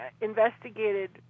investigated